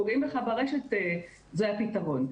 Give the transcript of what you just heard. אנחנו פוגעים בך ברשת, זה הפתרון.